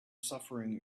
suffering